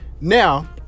now